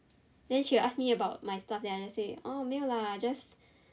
then she will ask me about my stuff then I just say oh 没有啦 just